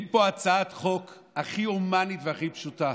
מביאים פה הצעת חוק הכי הומנית והכי פשוטה.